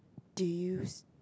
do you